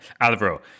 Alvaro